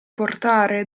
portare